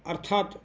अर्थात्